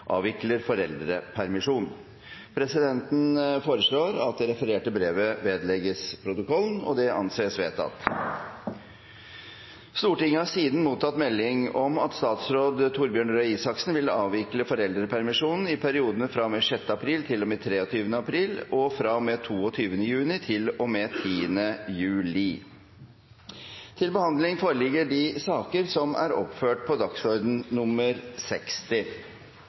avvikler foreldrepermisjon.» Presidenten foreslår at det refererte brevet vedlegges protokollen. – Det anses vedtatt. Stortinget har siden mottatt melding om at statsråd Torbjørn Røe Isaksen vil avvikle foreldrepermisjon i periodene fra og med 6. april til og med 23. april og fra og med 22. juni til og med 10. juli.